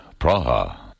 Praha